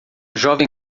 jovem